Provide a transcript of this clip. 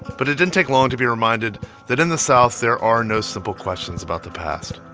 but it didn't take long to be reminded that in the south, there are no simple questions about the past.